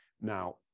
Now